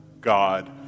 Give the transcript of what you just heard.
God